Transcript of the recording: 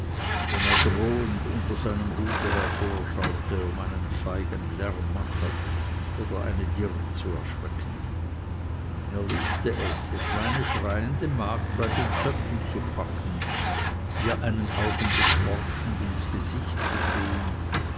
wenn er drohend unter seinem hute hervorschaute um einen feigen lärmmacher oder eine dirn zu schrecken er liebte es etwa eine schreiende magd bei den zöpfen zu packen ihr einen augenblick forschend ins gesicht zu sehen